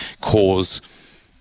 cause